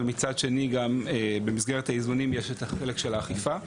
אבל מצד שני במסגרת האיזונים יש את החלק של האכיפה.